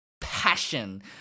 passion